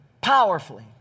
powerfully